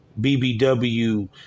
BBW